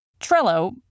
Trello